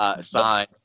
sign